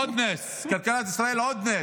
עוד נס, כלכלת ישראל, עוד נס.